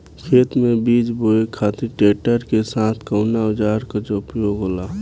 खेत में बीज बोए खातिर ट्रैक्टर के साथ कउना औजार क उपयोग होला?